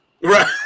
Right